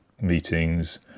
meetings